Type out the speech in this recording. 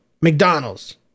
McDonald's